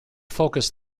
focus